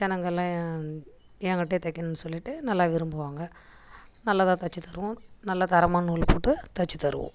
ஜனங்கெலாம் என்கிட்டேயே தைக்கணுன்னு சொல்லிவிட்டு நல்லா விரும்புவாங்க நல்லதாக தைச்சி தருவோம் நல்லா தரமான நூல் போட்டு தைச்சி தருவோம்